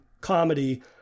comedy